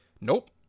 Nope